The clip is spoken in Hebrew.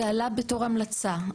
זה עלה בתור המלצה.